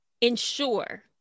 ensure